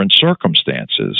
circumstances